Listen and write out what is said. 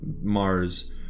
Mars